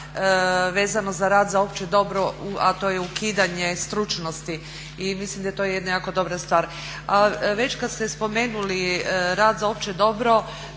vezano za rad za opće dobro, a to je ukidanje stručnosti. Mislim da je to jedna jako dobra stvar. A već kad ste spomenuli rad za opće dobro